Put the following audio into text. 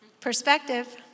Perspective